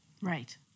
Right